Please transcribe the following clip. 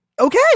Okay